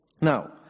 Now